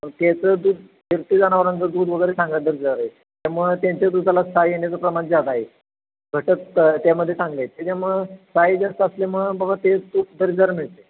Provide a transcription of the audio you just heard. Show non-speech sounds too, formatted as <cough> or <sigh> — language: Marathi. त्याचं दूध फिरती जनावरांचं दूध वगैरे <unintelligible> त्यामुळं त्यांच्या दुधाला साय येण्याचं प्रमाण जादा आहे घटक तर त्यामध्ये चांगले आहेत त्याच्यामुळं साय जास्त असल्यामुळं बघा ते तूप दर्जेदार मिळतं आहे